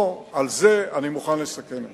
על זה אני מוכן לסכן אותה.